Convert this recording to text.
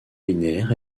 linéaire